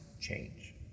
change